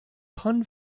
pun